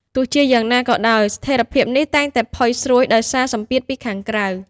ទោះជាយ៉ាងណាក៏ដោយ ស្ថិរភាពនេះតែងតែផុយស្រួយដោយសារសម្ពាធពីខាងក្រៅ។